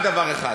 אחד ודי.